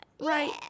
Right